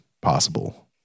possible